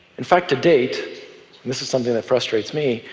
in fact, to date, and this is something that frustrates me,